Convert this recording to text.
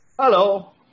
Hello